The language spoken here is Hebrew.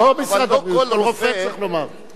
לא רק משרד הבריאות, כל רופא צריך לומר את זה.